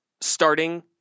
starting